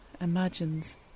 imagines